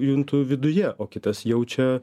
juntu viduje o kitas jaučia